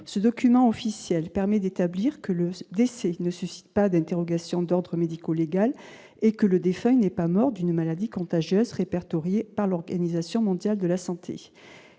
ce document officiel permet d'établir que le décès ne suscite pas d'interrogations d'ordre médico-légal et que le défunt n'est pas mort d'une maladie contagieuse répertoriés par l'Organisation mondiale de la santé,